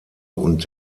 und